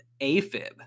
afib